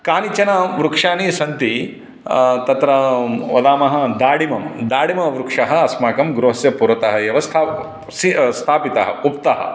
कानिचन वृक्षाणि सन्ति तत्र वदामः दाडिमं दाडिमवृक्षः अस्माकं गृहस्य पुरतः एव स्ता स्थापितः उप्तः